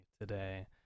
today